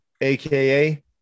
aka